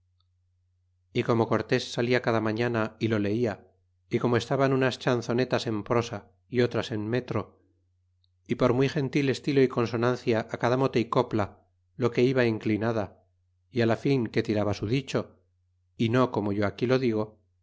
y como cortés salia cada mañana y lo leia y como estaban unas chanzonetas en prosa y otras en metro y por muy gentil estilo y consonancia cada mote y copla lo que iba inclinada y á la fin que tiraba su dicho y no como yo aquí lo digo